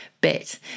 bit